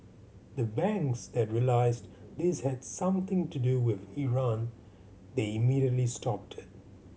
the banks that realised this had something to do with Iran they immediately stopped